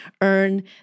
earn